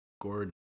Gordon